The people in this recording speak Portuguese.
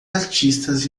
artistas